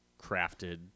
crafted